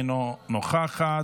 אינה נוכחת,